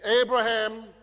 Abraham